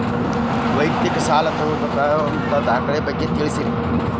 ವೈಯಕ್ತಿಕ ಸಾಲ ತಗೋಳಾಕ ಬೇಕಾಗುವಂಥ ದಾಖಲೆಗಳ ಬಗ್ಗೆ ತಿಳಸ್ರಿ